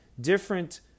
different